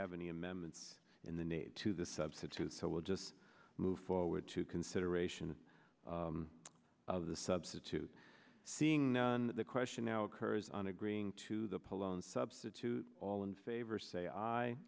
have any amendments in the ne to the substitute so we'll just move forward to consideration of the substitute seeing on the question now occurs on agreeing to the poll and substitute all in favor say